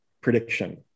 prediction